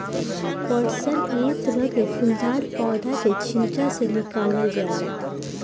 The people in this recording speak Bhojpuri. पटसन एक तरह के फूलदार पौधा के छिलका से निकालल जाला